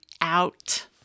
out